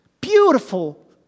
Beautiful